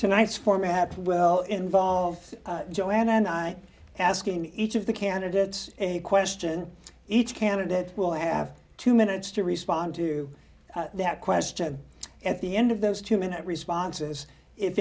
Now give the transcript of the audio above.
tonight's format well involve joe and i asking each of the candidates a question each candidate will have two minutes to respond to that question at the end of those two minute responses if